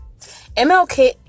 MLK